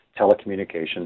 telecommunications